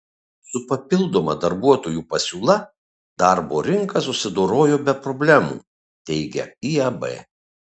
su papildoma darbuotojų pasiūla darbo rinka susidorojo be problemų teigia iab